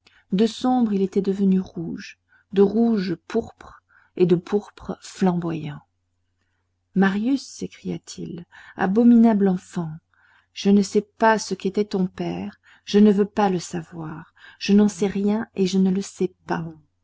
de sombre il était devenu rouge de rouge pourpre et de pourpre flamboyant marius s'écria-t-il abominable enfant je ne sais pas ce qu'était ton père je ne veux pas le savoir je n'en sais rien et je ne le sais pas